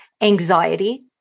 anxiety